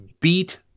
beat